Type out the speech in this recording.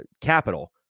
capital